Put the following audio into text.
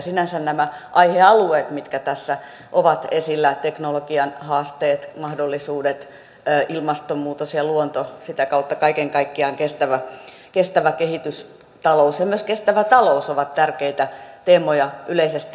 sinänsä nämä aihealueet mitkä tässä ovat esillä teknologian haasteet mahdollisuudet ilmastonmuutos ja luonto sitä kautta kaiken kaikkiaan kestävä kehitys ja myös kestävä talous ovat tärkeitä teemoja yleisesti ottaen